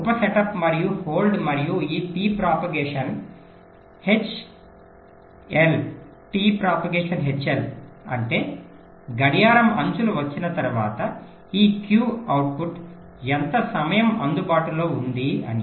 ఉప సెటప్ మరియు హోల్డ్ మరియు ఈ టి ప్రొపగేషన్ హెచ్ఎల్ అంటే గడియారం అంచులు వచ్చిన తర్వాత ఈ క్యూ అవుట్పుట్ ఎంత సమయం అందుబాటులో ఉంది అని